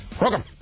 Welcome